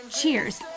cheers